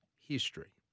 history